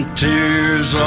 tears